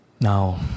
Now